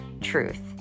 truth